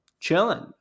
Chilling